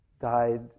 died